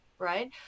right